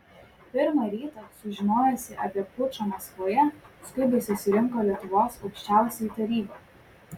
pirmą rytą sužinojusi apie pučą maskvoje skubiai susirinko lietuvos aukščiausioji taryba